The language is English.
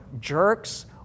jerks